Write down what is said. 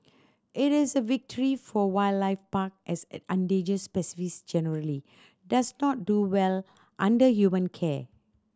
it is a victory for wildlife park as the endangered generally does not do well under human care